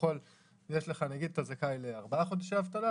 נגיד שאתה זכאי לארבעה חודשי אבטלה,